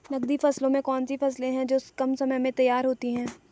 नकदी फसलों में कौन सी फसलें है जो कम समय में तैयार होती हैं?